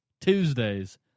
Tuesdays